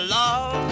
love